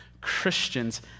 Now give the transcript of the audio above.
Christians